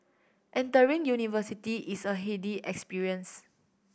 entering university is a heady experience